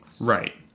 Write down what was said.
Right